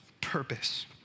purpose